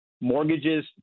mortgages